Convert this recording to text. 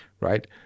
right